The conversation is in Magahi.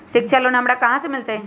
शिक्षा लोन हमरा कहाँ से मिलतै?